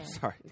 sorry